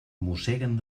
mosseguen